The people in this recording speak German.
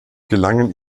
gelangen